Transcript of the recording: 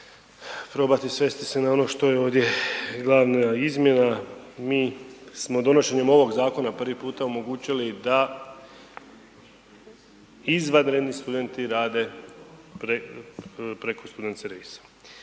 probati svesti se na ono što je ovdje glavna izmjena. Mi smo donošenjem ovog zakona prvi puta omogućili da izvanredni studenti rade preko student servisa.